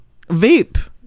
Vape